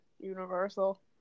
Universal